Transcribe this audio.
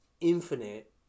infinite